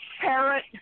parrot